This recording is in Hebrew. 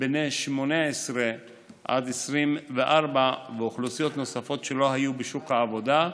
בני 18 24 ואוכלוסיות נוספות שלא היו בשוק העבודה,